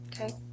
Okay